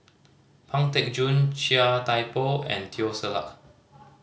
Pang Teck Joon Chia Thye Poh and Teo Ser Luck